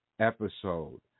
episode